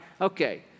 Okay